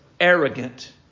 arrogant